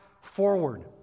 forward